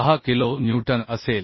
6 kilonewton असेल